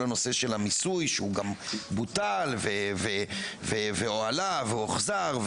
הנושא של המיסוי שהוא גם בוטל והועלה והוחזר,